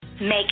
Make